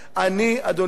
אדוני היושב-ראש,